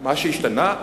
מה השתנה?